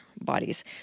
bodies